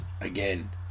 again